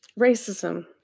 racism